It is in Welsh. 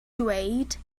dweud